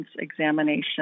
examination